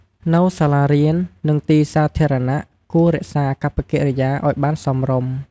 នៅសាលារៀន និងទីសាធារណៈ គួររក្សាអកប្បកិរិយាឲ្យបានសមរម្យ។